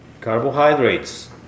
Carbohydrates